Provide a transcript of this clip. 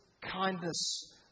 kindness